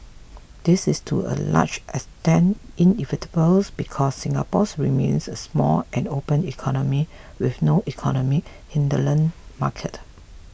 this is to a large extent inevitable because Singapore's remains a small and open economy with no economic hinterland market